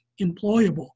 employable